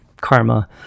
karma